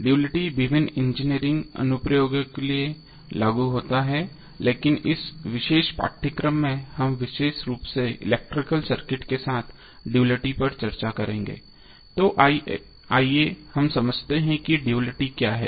duality विभिन्न engineering अनुप्रयोगों के लिए लागू होता है लेकिन इस विशेष पाठ्यक्रम में हम विशेष रूप से इलेक्ट्रिकल सर्किट के साथ ड्युअलिटी पर चर्चा करेंगे तो आइए हम समझते हैं कि ड्युअलिटी क्या है